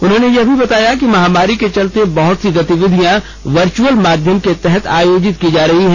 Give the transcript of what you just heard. उन्होंने यह भी बताया कि महामारी के चलते बहुत सी गतिविधियां वर्चुअल माध्यम के तहत आयोजित की जा रही हैं